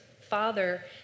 father